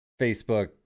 facebook